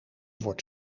wordt